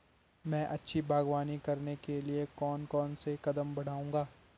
मैं अच्छी बागवानी करने के लिए कौन कौन से कदम बढ़ाऊंगा?